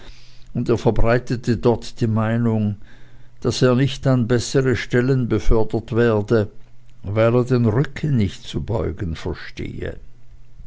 und er verbreitete dort die meinung daß er nicht an bessere stellen befördert werde weil er den rücken nicht zu beugen verstehe